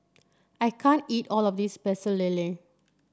I can't eat all of this Pecel Lele